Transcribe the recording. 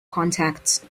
contacts